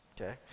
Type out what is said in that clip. okay